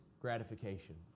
gratification